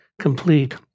complete